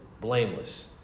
blameless